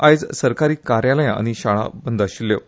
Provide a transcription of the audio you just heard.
आयज सरकारी कार्यालयां आनी शाळा बंद आशिल्ल्यो